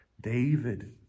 David